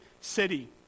city